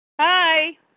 hi